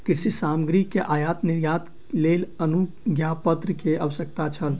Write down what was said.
कृषि सामग्री के आयात निर्यातक लेल अनुज्ञापत्र के आवश्यकता छल